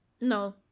No